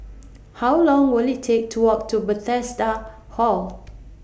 How Long Will IT Take to Walk to Bethesda Hall